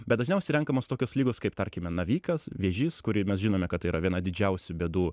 bet dažniausiai renkamos tokios ligos kaip tarkime navikas vėžys kur mes žinome kad tai yra viena didžiausių bėdų